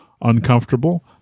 uncomfortable